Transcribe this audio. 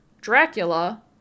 Dracula